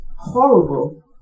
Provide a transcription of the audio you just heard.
horrible